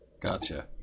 gotcha